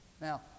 Now